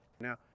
Now